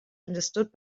understood